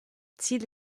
ziel